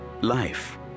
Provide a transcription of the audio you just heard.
life